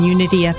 Unity